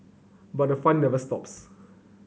but the fun never stops